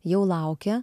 jau laukia